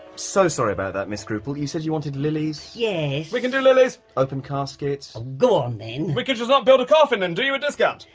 so sorry about that, miss scruple you said you wanted lilies? yes. yeah we can do lilies, open casket? go on then. we could just not build a coffin and do you a discount?